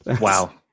wow